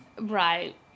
Right